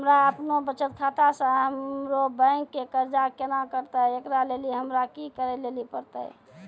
हमरा आपनौ बचत खाता से हमरौ बैंक के कर्जा केना कटतै ऐकरा लेली हमरा कि करै लेली परतै?